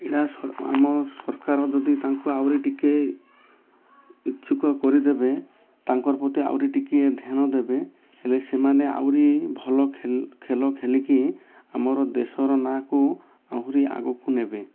ଏଇଟା ଆମ ସରକାର ଯଦି ତାଙ୍କୁ ଆହୁରି ଟିକେ ଇଚ୍ଛୁକ କରିଦେବେ ତାଙ୍କର ପ୍ରତି ଆହୁରି ଟିକେ ଧ୍ୟାନ ଦେବେ ହେଲେ ସେମାନେ ଆହୁରି ଭଲ ଖେଳ ଖେଳିକି ଆମର ଦେଶର ନାଁକୁ ଆହୁରି ଆଗକୁ ନେବେ